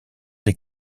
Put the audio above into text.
des